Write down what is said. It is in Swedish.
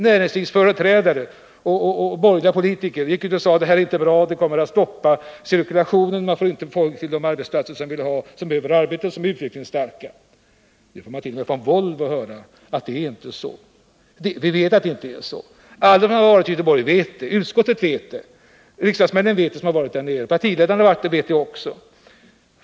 Näringslivsföreträdare och borgerliga politiker gick ut och sade: Det här är inte bra, det kommer att stoppa cirkulationen, man får inte folk till de arbetsplatser som behöver arbetskraft, som är utvecklingsstarka. Vi vet att det inte är så. Alla vi som har varit i Göteborg vet det. Utskottet vet det, och de riksdagsmän som har varit där nere vet det. Partiledarna har varit där och vet det också.